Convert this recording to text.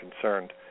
concerned